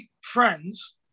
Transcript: friends